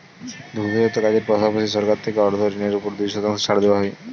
দুগ্ধজাত কাজের পাশাপাশি, সরকার থেকে অর্থ ঋণের উপর দুই শতাংশ ছাড় দেওয়া হয়